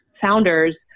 founders